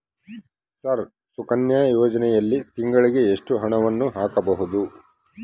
Sir Sukanya ಯೋಜನೆಯಲ್ಲಿ ತಿಂಗಳಿಗೆ ಎಷ್ಟು ಹಣವನ್ನು ಹಾಕಬಹುದು?